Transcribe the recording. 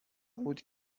بود